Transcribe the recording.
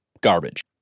garbage